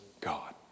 God